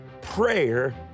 Prayer